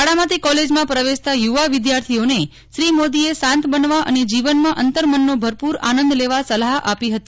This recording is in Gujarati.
શાળામાંથી કોલેજમાં પ્રવેશતા યુવા વિદ્યાર્થી ઓને શ્રી મોદીએ શાંત બનવા અને જીવનમાં અંતરમનનો ભરપૂર આનંદ લેવા સલાહ આપી હતી